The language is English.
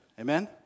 Amen